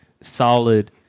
solid